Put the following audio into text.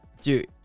Dude